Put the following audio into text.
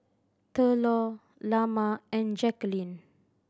Thurlow Lamar and Jackeline